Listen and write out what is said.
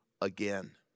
again